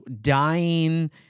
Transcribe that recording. dying